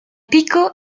pico